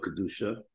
Kedusha